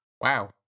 Wow